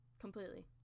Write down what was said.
completely